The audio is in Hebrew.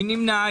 מי נמנע?